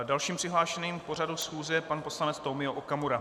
Dalším přihlášeným k pořadu schůze je pan poslanec Tomio Okamura.